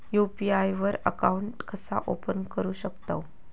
UPI वर account कसा open करू शकतव?